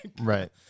Right